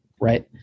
right